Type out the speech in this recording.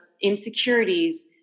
insecurities